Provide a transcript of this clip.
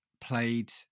played